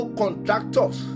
contractors